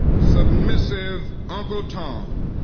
submissive uncle tom.